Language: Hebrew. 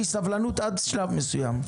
סבלנות עד שלב מסוים.